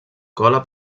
cola